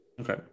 Okay